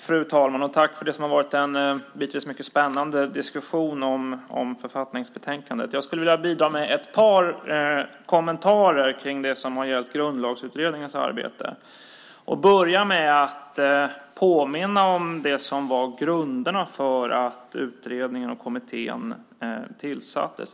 Fru talman! Låt mig tacka för en bitvis mycket spännande diskussion om författningsbetänkandet. Jag skulle vilja bidra med ett par kommentarer till det som gäller Grundlagsutredningens arbete och börja med att påminna om grunderna för att utredningen och kommittén tillsattes.